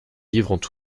livrent